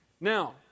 Now